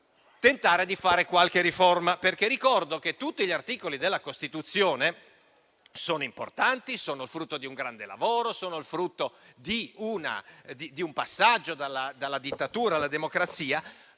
è un'altra cosa.